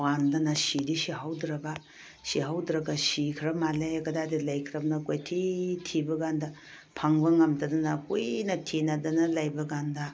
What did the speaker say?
ꯄꯥꯟꯗꯅ ꯁꯤꯗꯤ ꯁꯤꯍꯧꯗ꯭ꯔꯒ ꯁꯤꯍꯧꯗ꯭ꯔꯒ ꯁꯤꯈ꯭ꯔꯕ ꯃꯥꯜꯂꯦ ꯀꯗꯥꯏꯗ ꯂꯩꯈ꯭ꯔꯕꯅꯣ ꯀꯣꯏꯊꯤ ꯊꯤꯕ ꯀꯥꯟꯗ ꯐꯪꯕ ꯉꯝꯗꯗꯅ ꯀꯨꯏꯅ ꯊꯤꯅꯗꯅ ꯂꯩꯕ ꯀꯥꯟꯗ